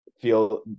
feel